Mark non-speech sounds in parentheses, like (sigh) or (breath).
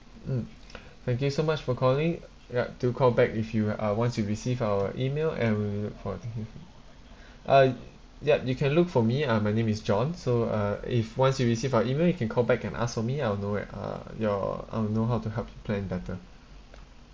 mm (noise) thank you so much for calling ya do call back if you uh once you receive our email and we look for~ (breath) uh ya you can look for me uh my name is john so uh if once you receive our email you can call back and ask for me I'll know right uh your I'll know how to help you plan better